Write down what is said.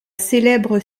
célèbre